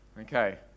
Okay